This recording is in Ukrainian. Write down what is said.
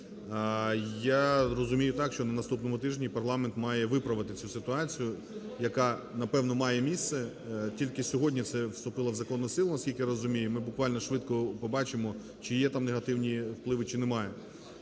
Я розумію так, що на наступному тижні парламент має виправити цю ситуацію, яка, напевно, має місце, тільки сьогодні це вступило в законну силу, наскільки я розумію. Ми буквально швидко побачимо, чи є там негативні впливи, чи немає.